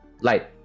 light